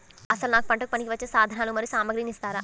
అసలు నాకు పంటకు పనికివచ్చే సాధనాలు మరియు సామగ్రిని ఇస్తారా?